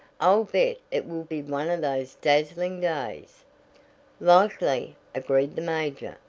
i'll bet it will be one of those dazzling days likely, agreed the major.